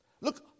Look